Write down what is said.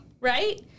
Right